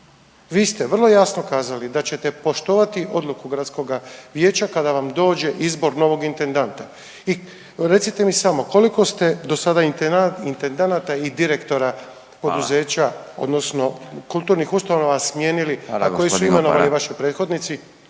Vi ste vrlo jasno kazali da ćete poštovati odluku gradskoga vijeća kada vam dođe izbor novog intendanta i recite mi samo, koliko ste do sada intendanata i direktora poduzeća .../Upadica: Hvala./... odnosno kulturnih ustanova smijenili .../Upadica: Hvala g.